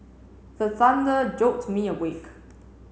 the thunder jolt me awake